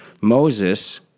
Moses